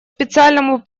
специальному